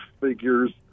figures